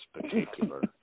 particular